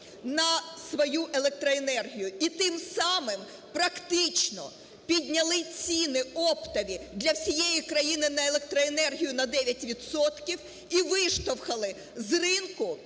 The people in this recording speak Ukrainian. на свою електроенергію, і тим самим практично підняли ціни оптові для всієї країни на електроенергію на 9 відсотків і виштовхали з ринку